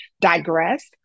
digress